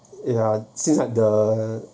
ya since like the